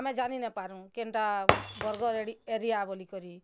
ଆମେ ଜାନି ନା ପାରୁ କେନ୍ତା ବରଗଡ଼ ଏରିଆ ବୋଲି କରି